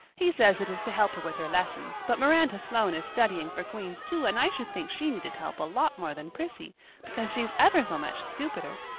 he says it is to help her with her lessons but miranda sloane is studying for queen's too, and i should think she needed help a lot more than prissy because she's ever so much stupider,